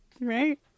Right